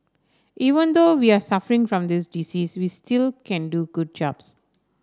even though we are suffering from this disease we still can do good jobs